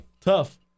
Tough